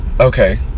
Okay